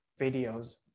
videos